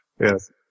yes